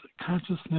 consciousness